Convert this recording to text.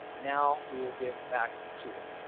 now we will give back to it.